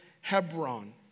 Hebron